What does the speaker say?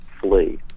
flee